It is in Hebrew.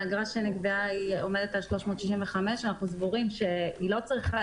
האגרה שנקבעה עומדת על 365. אנחנו סבורים שהיא לא צריכה